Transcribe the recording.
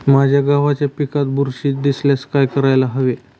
माझ्या गव्हाच्या पिकात बुरशी दिसल्यास काय करायला हवे?